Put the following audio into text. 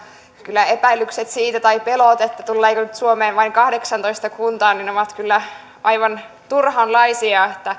kyllä epäilykset tai pelot siitä tuleeko nyt suomeen vain kahdeksantoista kuntaa ovat aivan turhanlaisia